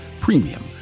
premium